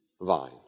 vine